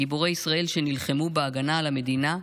גיבורי ישראל שנלחמו בהגנה על המדינה.